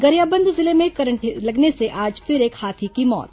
गरियाबंद जिले में करंट लगने से आज फिर एक हाथी की मौत